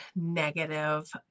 negative